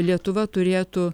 lietuva turėtų